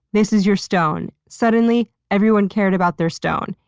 this is your stone. suddenly, everyone cared about their stone.